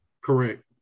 Correct